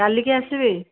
କାଲିକି ଆସିବି